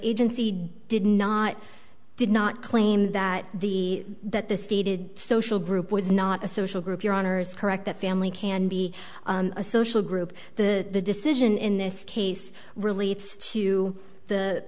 agency did not did not claim that the that the stated social group was not a social group your honour's correct that family can be a social group the decision in this case relates to the